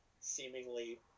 seemingly